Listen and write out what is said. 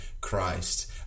christ